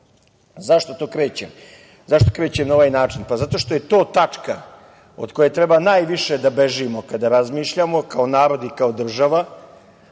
Zmaj.Zašto to krećem na ovaj način? Zato što je to tačka od koje treba najviše da bežimo kada razmišljamo kao narod i kao država,